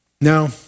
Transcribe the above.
Now